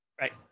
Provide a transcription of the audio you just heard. right